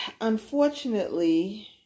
Unfortunately